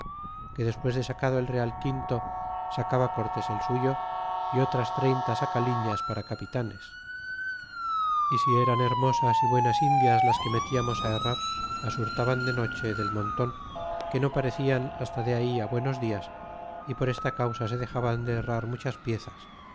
que despues de sacado el real quinto sacaba cortés el suyo y otras treinta sacaliñas para capitanes y si eran hermosas y buenas indias las que metiamos herrar las hurtaban de noche del monton que no parecian hasta de ahí buenos dias y por esta causa se dexaban de herrar muchas piezas